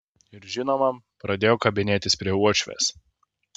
ir žinoma pradėjo kabinėtis prie uošvės